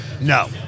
No